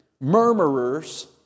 Murmurers